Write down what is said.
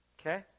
Okay